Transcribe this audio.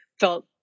felt